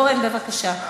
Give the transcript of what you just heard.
אורן, בבקשה.